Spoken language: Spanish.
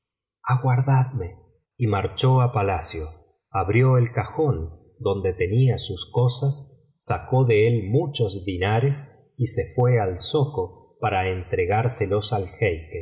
aguardadme y marchó á palacio abrió el cajón donde tenía sus cosas sacó de él muchos dinares y se fué al zoco para entregárselos al